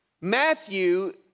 Matthew